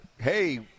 hey